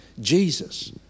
Jesus